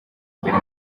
imbere